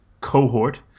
cohort